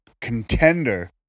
Contender